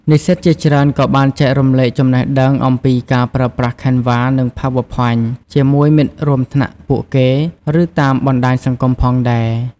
និស្សិតជាច្រើនក៏បានចែករំលែលចំណេះដឹងអំពីការប្រើប្រាស់ Canva និង PowerPoint ជាមួយមិត្តរួមថ្នាក់ពួកគេ ឬតាមបណ្ដាញសង្គមផងដែរ។